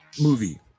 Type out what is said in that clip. movie